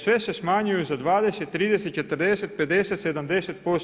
Sve se smanjuju za 20, 30, 40, 50, 70%